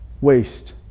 waste